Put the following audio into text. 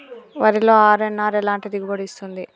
వరిలో అర్.ఎన్.ఆర్ ఎలాంటి దిగుబడి ఇస్తుంది?